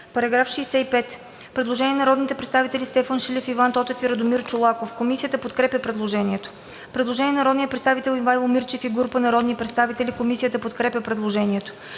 По § 65 има предложение на народните представители Стефан Шилев, Иван Тотев и Радомир Чолаков. Комисията подкрепя предложението. Предложение на народния представител Ивайло Мирчев и група народни представители. Комисията подкрепя предложението.